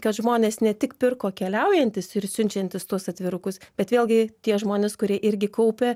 kad žmonės ne tik pirko keliaujantys ir siunčiantys tuos atvirukus bet vėlgi tie žmonės kurie irgi kaupia